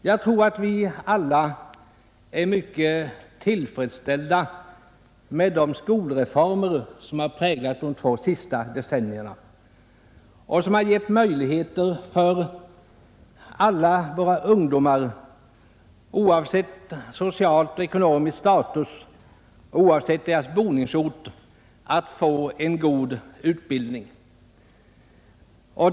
Jag tror att vi alla är mycket tillfredsställda med de skolreformer som har präglat de två senaste decennierna och som har givit möjligheter för alla våra ungdomar, oavsett social och ekonomisk status och oavsett boningsort, att få en god utbildning.